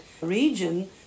region